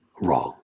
wrong